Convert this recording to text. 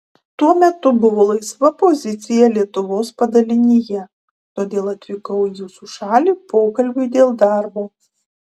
tuo metu buvo laisva pozicija lietuvos padalinyje todėl atvykau į jūsų šalį pokalbiui dėl darbo